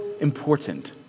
important